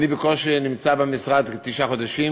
אני נמצא במשרד בקושי